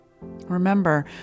Remember